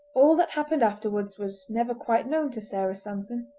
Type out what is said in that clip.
all that happened afterwards was never quite known to sarah sanson.